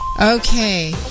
Okay